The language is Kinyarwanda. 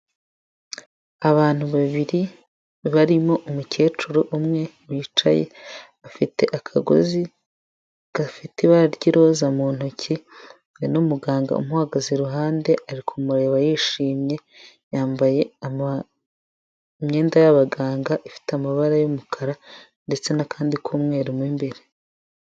Abantu babiri barimo umukecuru umwe bicaye afite akagozi gafite ibara ry' roza mu ntoki we numuganga umuhagaze iruhande ari kumureba yishimye yambaye ama imyenda y'abaganga ifite amabara yumukara ndetse n'akandi k'umweru mu imbere.